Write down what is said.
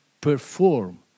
perform